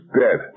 dead